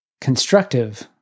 constructive